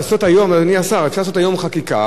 במידה שהממשלה תכהן עד תאריך זה וזה,